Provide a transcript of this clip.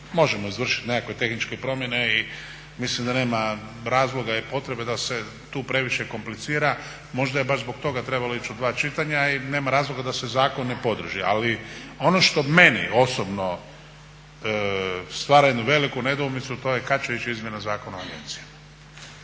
možemo izvršiti neke tehničke promjene i mislim da nema razloga ni potrebe da se tu previše komplicira, možda je baš zbog toga trebalo ići u dva čitanja i nema razloga da se zakon ne podrži, ali ono što meni osobno stvara jednu veliku nedoumicu, a to je kada će ići izmjena Zakona o agencijama,